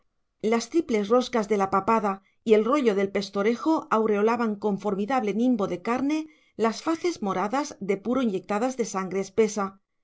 las triples roscas de la papada y el rollo del pestorejo aureolaban con formidable nimbo de carne las faces moradas de puro inyectadas de sangre espesa